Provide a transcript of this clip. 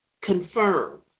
confirm